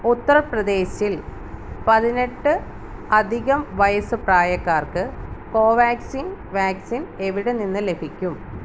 ഉത്തർപ്രദേശിൽ പതിനെട്ട് അധികം വയസ്സ് പ്രായക്കാർക്ക് കോവാക്സിൻ വാക്സിൻ എവിടെ നിന്ന് ലഭിക്കും